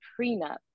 prenup